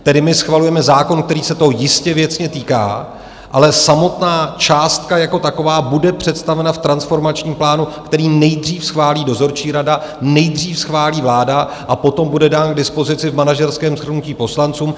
Tedy my schvalujeme zákon, který se toho jistě věcně týká, ale samotná částka jako taková bude představena v transformačním plánu, který nejdřív schválí dozorčí rada, nejdřív schválí vláda a potom bude dán k dispozici v manažerském shrnutí poslancům.